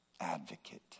advocate